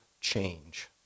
change